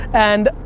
and,